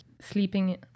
sleeping